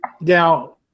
Now